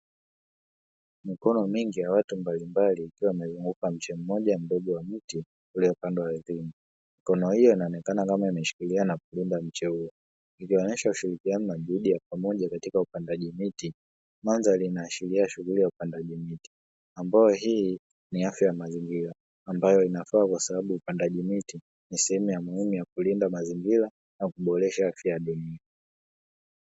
Mikono mingi ya watu mbalimbali, ikiwa imezunguka mche mmoja mdogo wa mti uliopandwa ardhini. Mikono hiyo inaonekana kama imeshikilia na kulinda mche huo. Ikionyesha ushirikiano na juhudi ya pamoja katika upandaji miti. Mandhari inaashiria shughuli ya upandaji miti, ambayo hii ni afya ya mazingira ambayo inafaa kwa sababu upandaji miti ni sehemu ya muhimu kulinda mazingira na kuboresha afya ya viumbe.